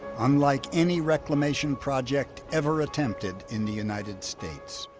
unlike any reclamation project ever attempted in the united states.